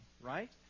Right